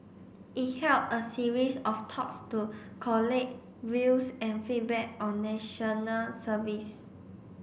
it held a series of talks to collate views and feedback on National Service